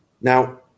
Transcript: Now